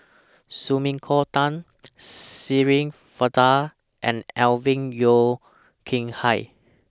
Sumiko Tan Shirin Fozdar and Alvin Yeo Khirn Hai